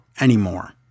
anymore